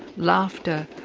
laughter,